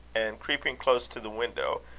and, creeping close to the window,